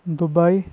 Dubai